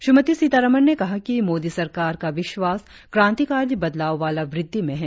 श्रीमती सीतारामन ने कहा कि मोदी सरकार का विश्वास क्रांतिकारी बदलाव वाला वृद्धि में है